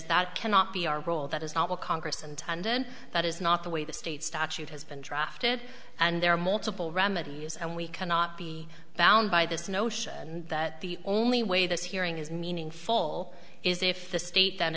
that cannot be our role that is not will congress and then that is not the way the state statute has been drafted and there are multiple remedies and we cannot be found by this notion that the only way this hearing is meaning full is if the state then